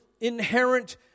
inherent